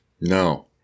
No